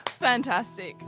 Fantastic